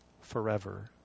forever